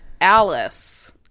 Alice